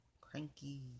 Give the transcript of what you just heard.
cranky